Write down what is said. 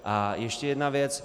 A ještě jedna věc.